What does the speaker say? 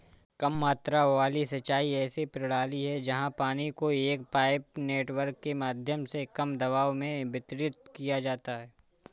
कम मात्रा वाली सिंचाई ऐसी प्रणाली है जहाँ पानी को एक पाइप नेटवर्क के माध्यम से कम दबाव में वितरित किया जाता है